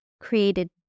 created